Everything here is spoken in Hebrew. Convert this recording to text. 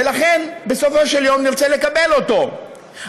ולכן בסופו של יום נרצה לקבל אותו.